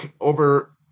over